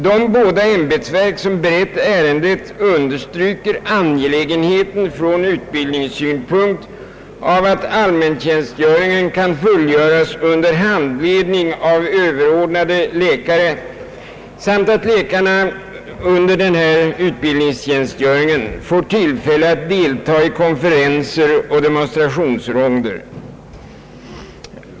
De båda ämbetsverk som berett ärendet understryker angelägenheten från utbildningssynpunkt av att allmäntjänstgöring kan fullgöras under handledning av överordnad läkare samt att läkarna under denna utbildningstjänstgöring får tillfälle att deltaga i konferenser och demonstrationsronder.